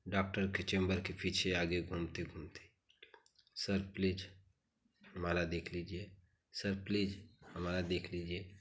doctor के chamber के पीछे आगे घूमते घूमते सर प्लीज़ हमारा देख लीजिए सर प्लीज़ हमारा देख लीजिए